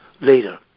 later